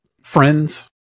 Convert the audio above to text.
Friends